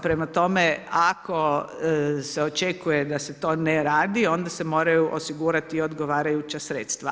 Prema tome ako se očekuje da se to ne radi, onda se moraju osigurati odgovarajuća sredstva.